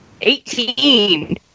Eighteen